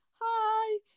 hi